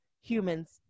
humans